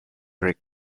rich